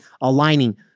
aligning